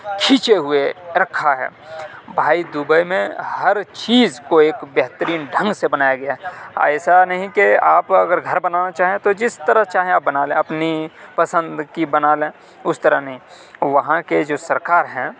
کھنیچے ہوئے رکھا ہے بھائی دبئی میں ہر چیز کو ایک بہترین ڈھنگ سے بنایا گیا ہے ایسا نہیں کہ آپ اگر گھر بنانا چاہیں تو جس طرح چاہیں آپ بنا لیں اپنی پسند کی بنا لیں اس طرح نہیں وہاں کے جو سرکار ہیں